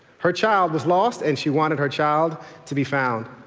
her child was lost and she wanted her child to be found.